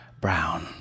brown